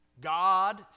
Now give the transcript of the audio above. God